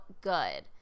good